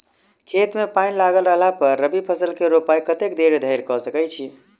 खेत मे पानि लागल रहला पर रबी फसल केँ रोपाइ कतेक देरी धरि कऽ सकै छी?